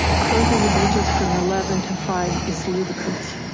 closing the beaches from eleven to five is ludicrous.